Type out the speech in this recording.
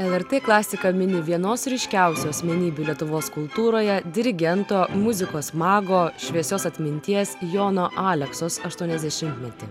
lrt klasika mini vienos ryškiausių asmenybių lietuvos kultūroje dirigento muzikos mago šviesios atminties jono aleksos aštuoniasdešimtmetį